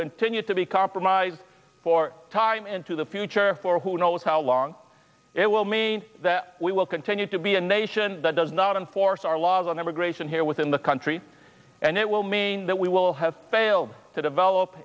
continue to be compromised for time into the future for who knows how long it will mean that we will continue to be a nation that does not enforce our laws on immigration here within the country and it will mean that we will have failed to develop